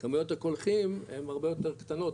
כמויות הקולחין הן הרבה יותר קטנות,